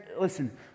listen